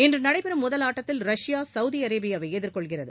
இன்று நடைபெறும் முதல் ஆட்டத்தில் ரஷ்யா சவுதிஅரேபியாவை எதிர்கொள்கிறது